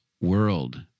world